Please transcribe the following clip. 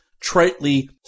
tritely